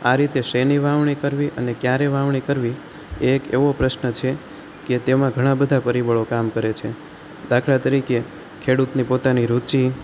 આ રીતે શેની વાવણી કરવી અને ક્યારે વાવણી કરવી એ એક એવો પ્રશ્ન છે કે તેમાં ઘણાં બધાં પરિબળો કામ કરે દાખલા તરીકે ખેડૂતની પોતાની રુચિ